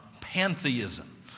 pantheism